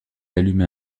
allumer